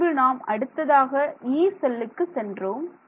பின்பு நாம் அடுத்ததாக 'யீ' செல்லுக்கு சென்றோம்